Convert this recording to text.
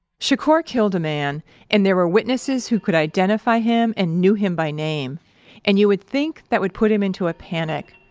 shakur killed a man and there were witnesses who could identify him and knew him by name and you would think that would put him into a panic,